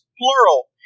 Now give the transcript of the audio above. Plural